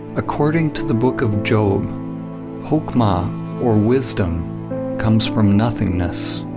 according to the book of job chokhmah or wisdom comes from nothingness.